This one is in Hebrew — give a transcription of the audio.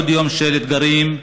לעוד יום של אתגרים,